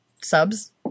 subs